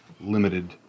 limited